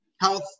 health